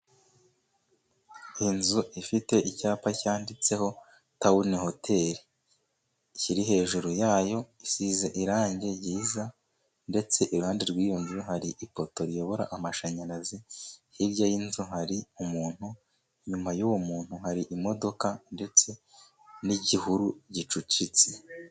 Inzu ifite icyapa cyanditseho tawuni hoteri kiri hejuru yayo. Isize irangi ryiza ndetse iruhande rw'iyo nzu hari ipoto iyobora amashanyarazi. Hirya y'inzu hari umuntu inyuma yuwo muntu hari imodoka ndetse n'igihuru gicucitse.